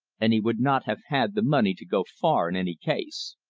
and he would not have had the money to go far in any case.